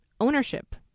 ownership